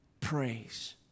praise